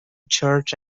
church